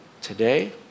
today